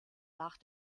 nach